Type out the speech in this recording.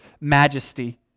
majesty